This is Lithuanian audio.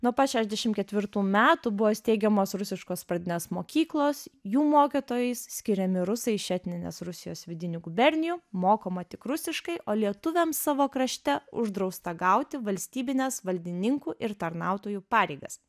nuo pat šešiasdešimt ketvirtų metų buvo steigiamos rusiškos pradinės mokyklos jų mokytojais skiriami rusai iš etninės rusijos vidinių gubernijų mokoma tik rusiškai o lietuviams savo krašte uždrausta gauti valstybines valdininkų ir tarnautojų pareigas